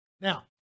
Now